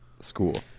school